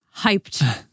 hyped